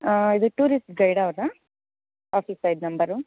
ಇದು tourist guide ಅವರ್ದಾ ಆಫೀಸಾ ಇದು ನಂಬರು